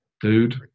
dude